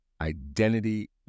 identity